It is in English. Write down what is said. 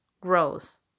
grows